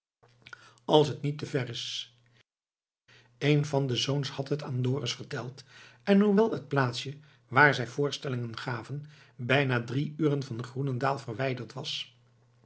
als t niet te ver is een van de zoons had het aan dorus verteld en hoewel het plaatsje waar zij voorstellingen gaven bijna drie uren van groenendaal verwijderd lag was